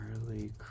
Charlie